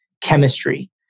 chemistry